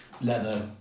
leather